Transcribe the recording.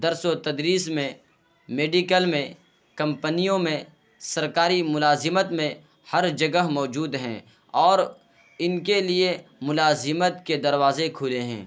درس و تدریس میں میڈیکل میں کمپنیوں میں سرکاری ملازمت میں ہر جگہ موجود ہیں اور ان کے لیے ملازمت کے دروازے کھلے ہیں